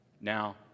Now